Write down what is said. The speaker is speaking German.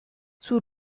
zur